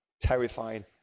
terrifying